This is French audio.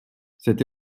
cette